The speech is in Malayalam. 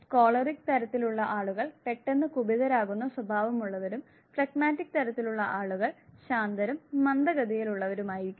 കോളറിക് തരത്തിൽ ഉള്ള ആളുകൾ പെട്ടെന്നു കുപിതരാകുന്ന സ്വഭാവമുള്ളവരും ഫ്ലെഗ്മാറ്റിക് തരത്തിൽ ഉള്ള ആളുകൾ ശാന്തരും മന്ദഗതിയിലുള്ളവരുമായിരിക്കും